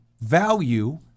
value